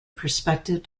perspective